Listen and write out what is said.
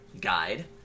guide